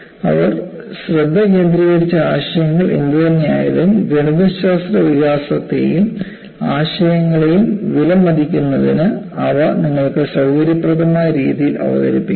അവർ ശ്രദ്ധ കേന്ദ്രീകരിച്ച ആശയങ്ങൾ എന്തുതന്നെയായാലും ഗണിതശാസ്ത്ര വികാസത്തെയും ആശയങ്ങളെയും വിലമതിക്കുന്നതിന് അവ നിങ്ങൾക്ക് സൌകര്യപ്രദമായ രീതിയിൽ അവതരിപ്പിക്കുന്നു